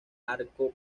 arco